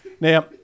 Now